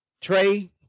Trey